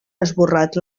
esborrat